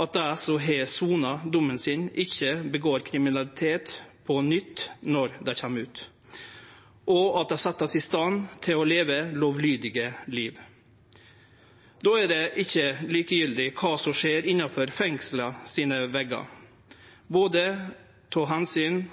at dei som har sona dommen sin, ikkje gjer seg skuldige i kriminalitet på nytt når dei kjem ut, og at dei vert sette i stand til å leve lovlydige liv. Då er det ikkje likegyldig kva som skjer innanfor veggane i fengsla, både